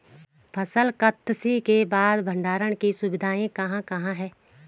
फसल कत्सी के बाद भंडारण की सुविधाएं कहाँ कहाँ हैं?